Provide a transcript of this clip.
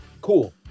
Cool